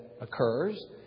occurs